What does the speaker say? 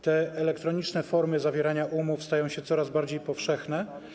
Te elektroniczne formy zawierania umów stają się coraz bardziej powszechne.